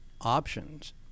options